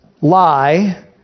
lie